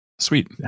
Sweet